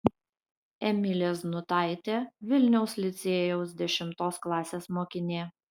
emilė znutaitė vilniaus licėjaus dešimtos klasės mokinė